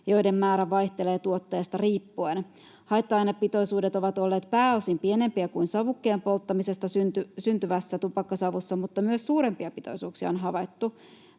joiden määrä vaihtelee tuotteesta riippuen. Haitta-ainepitoisuudet ovat olleet pääosin pienempiä kuin savukkeen polttamisesta syntyvässä tupakansavussa, mutta myös suurempia pitoisuuksia on havaittu.